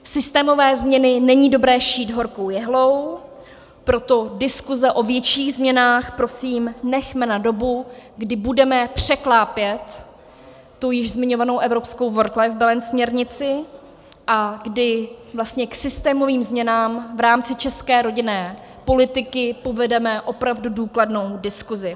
Systémové změny není dobré šít horkou jehlou, proto diskuse o větších změnách prosím nechme na dobu, kdy budeme překlápět tu již zmiňovanou evropskou WorkLife Balance směrnici a kdy vlastně k systémovým změnám v rámci české rodinné politiky povedeme opravdu důkladnou diskusi.